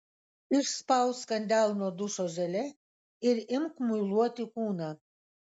išspausk ant delno dušo želė ir imk muiluoti kūną